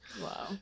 Wow